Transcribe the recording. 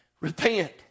repent